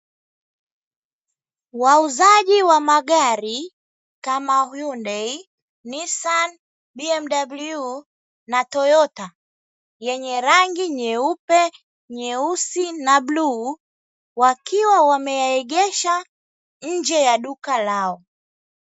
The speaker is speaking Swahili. Wauzaji wa magari kama "Hyundai", "Nissan", "BMW" na "Toyota"; lenye rangi nyeupe, nyeusi na bluu; wakiwa wameyaegesha nje ya duka lao.